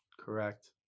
Correct